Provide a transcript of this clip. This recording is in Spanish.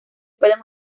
pueden